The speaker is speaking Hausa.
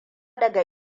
daga